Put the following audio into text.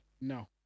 No